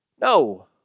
No